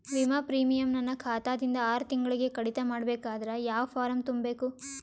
ವಿಮಾ ಪ್ರೀಮಿಯಂ ನನ್ನ ಖಾತಾ ದಿಂದ ಆರು ತಿಂಗಳಗೆ ಕಡಿತ ಮಾಡಬೇಕಾದರೆ ಯಾವ ಫಾರಂ ತುಂಬಬೇಕು?